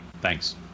Thanks